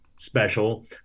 special